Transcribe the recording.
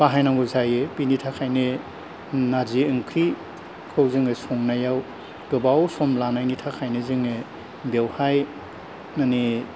बाहायनांगौ जायो बेनि थाखायनो नारजि ओंख्रिखौ जोङो संनायाव गोबाव सम लानायनि थाखायनो जोङो बेयावहाय माने